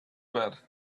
bad